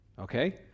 Okay